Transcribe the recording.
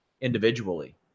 individually